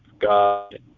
God